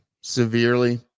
severely